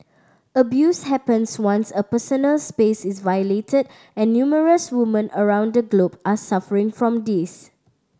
abuse happens once a personal space is violated and numerous women around the globe are suffering from this